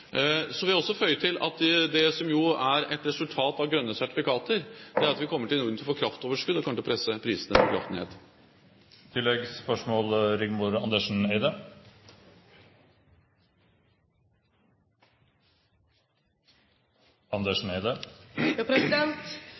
at det som jo er et resultat av grønne sertifikater, er at vi i Norden kommer til å få kraftoverskudd, og det kommer til å presse prisene på kraft ned. Rigmor Andersen Eide